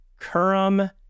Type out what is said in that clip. Kurum